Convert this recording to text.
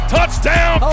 Touchdown